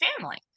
family